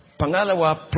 Pangalawa